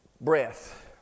breath